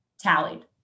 tallied